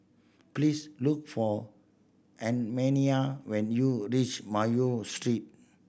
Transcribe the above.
please look for Annemarie when you reach Mayo Street